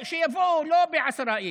שיבואו לא עשרה איש,